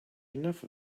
enough